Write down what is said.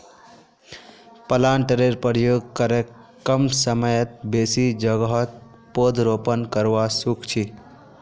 प्लांटरेर प्रयोग करे कम समयत बेसी जोगहत पौधरोपण करवा सख छी